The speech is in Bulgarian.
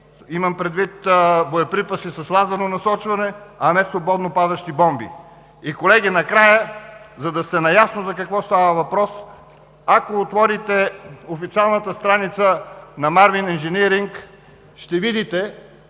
имам предвид боеприпаси с лазерно насочване, а не свободно падащи бомби. Колеги, накрая, за да сте наясно за какво става въпрос, ако отворите официалната страница на Martin Global INC, ще видите,